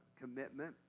commitment